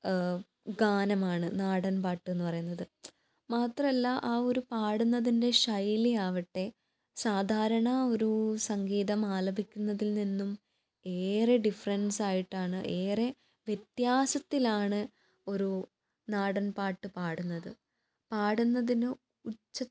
ഗാനമാണ് നാടൻ പാട്ട് എന്ന് പറയുന്നത് മാത്രമല്ല ആ ഒരു പാടുന്നതിൻ്റെ ശൈലി ആവട്ടെ സാധാരണ ഒരു സംഗീതം ആലപിക്കുന്നതിൽ നിന്നും ഏറെ ഡിഫറൻസ് ആയിട്ടാണ് ഏറെ വ്യത്യാസത്തിലാണ് ഒരു നാടൻ പാട്ട് പാടുന്നത് പാടുന്നതിന് ഉച്ചത്തിൽ